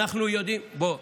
בוא,